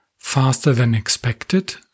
faster-than-expected